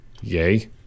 yay